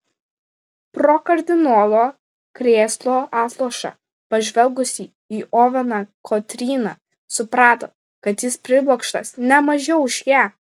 pro kardinolo krėslo atlošą pažvelgusi į oveną kotryna suprato kad jis priblokštas ne mažiau už ją